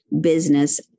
business